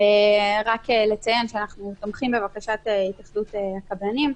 רק לציין, שאנחנו תומכים בבקשת התאחדות הקבלנים.